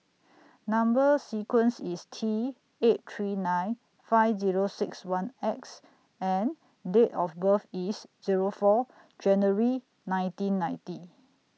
Number sequence IS T eight three nine five Zero six one X and Date of birth IS Zero four January nineteen ninety